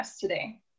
today